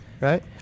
Right